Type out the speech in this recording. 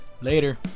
Later